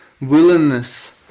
willingness